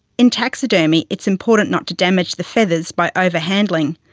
in taxidermy, it's important not to damage the feathers by over-handling,